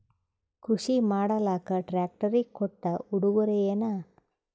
ಕೃಷಿ ಮಾಡಲಾಕ ಟ್ರಾಕ್ಟರಿ ಕೊಟ್ಟ ಉಡುಗೊರೆಯೇನ?